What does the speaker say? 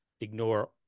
ignore